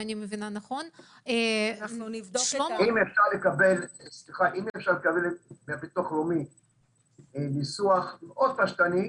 אם אפשר לקבל מהביטוח הלאומי ניסוח פשטני,